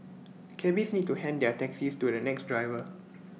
cabbies need to hand their taxis to the next driver